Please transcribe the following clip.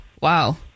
wow